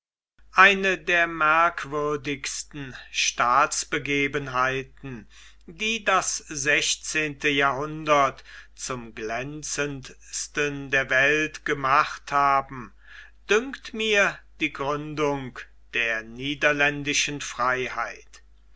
eine der merkwürdigsten staatsbegebenheiten die das sechzehnte jahrhundert zum glänzendsten der welt gemacht haben dünkt mir die gründung der niederländischen freiheit